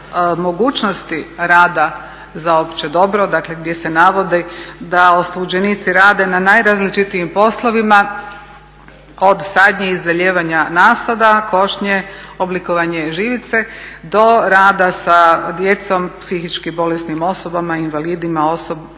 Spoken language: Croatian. mogućnosti rada za opće dobro. Dakle, gdje se navodi da osuđenici rade na najrazličitijim poslovima od sadnje i zalijevanja nasada, košnje, oblikovanje živice do rada sa djecom psihički bolesnim osobama, invalidima,